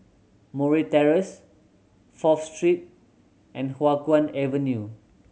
Murray Terrace Fourth Street and Hua Guan Avenue